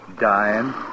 Dying